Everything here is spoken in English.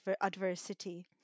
adversity